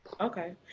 Okay